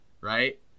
right